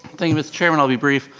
thank you mr. chairman, i'll be brief.